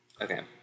okay